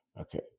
okay